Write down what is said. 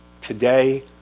Today